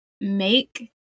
make